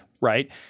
right